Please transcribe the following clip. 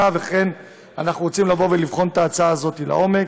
ולכן אנחנו רוצים לבוא ולבחון את ההצעה הזאת לעומק.